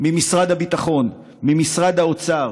ממשרד הביטחון, ממשרד האוצר,